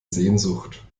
sehnsucht